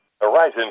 Horizon